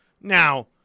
Now